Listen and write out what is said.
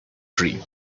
dream